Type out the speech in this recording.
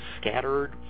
scattered